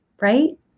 right